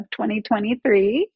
2023